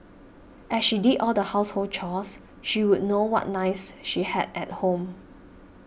as she did all the household chores she would know what knives she had at home